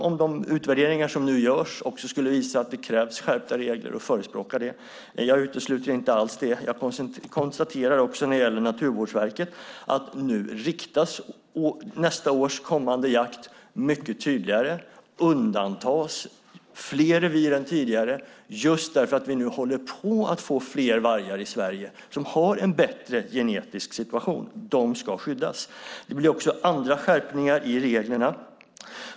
Om de utvärderingar som nu görs också skulle visa att det krävs skärpta regler är jag beredd att förespråka det. Jag utesluter inte alls det. Jag konstaterar också när det gäller Naturvårdsverket att nästa års jakt riktas mycket tydligare. Man undantar fler revir än tidigare, just för att vi nu håller på att få fler vargar i Sverige som har en bättre genetisk situation. Dessa ska skyddas. Det blir också andra skärpningar i reglerna.